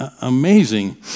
amazing